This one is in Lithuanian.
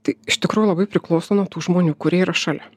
tai iš tikrųjų labai priklauso nuo tų žmonių kurie yra šalia